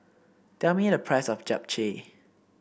tell me the price of Japchae